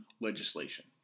legislation